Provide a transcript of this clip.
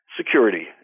security